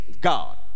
God